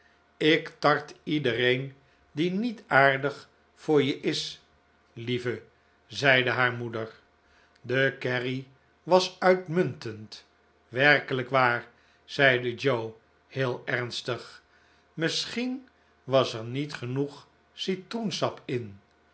ik tart iedereen die niet aardig voor je is lieve zeide haar moeder de kerrie was uitmuntend werkelijk waar zeide joe heel ernstig misschien was er niet genoeg citroensap in